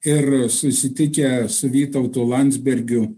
ir susitikę su vytautu landsbergiu